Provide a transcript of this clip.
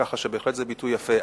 כך שבהחלט זה ביטוי יפה.